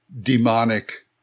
demonic